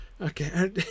Okay